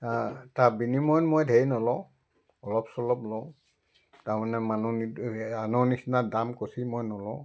তাৰ বিনিময়ত মই ঢেৰ নলওঁ অলপ চলপ লওঁ তাৰমানে মানুহ আনৰ নিচিনা দাম কচি মই নলওঁ